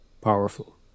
powerful